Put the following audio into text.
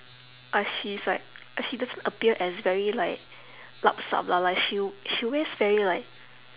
uh she's like she doesn't appear as very like lupsup lah like she w~ she always very like